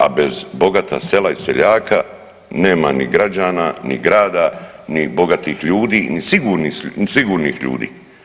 A bez bogata sela i seljaka nema ni građana, ni grada, ni bogatih ljudi, ni sigurnih ljudi.